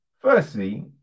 firstly